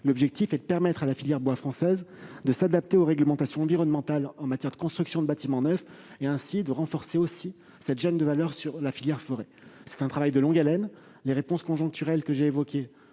L'objectif est de permettre à la filière bois française de s'adapter aux réglementations environnementales en matière de construction de bâtiments neufs et de renforcer cette chaîne de valeur de la filière forêt. C'est un travail de longue haleine. Les réponses conjoncturelles que j'ai évoquées